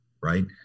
right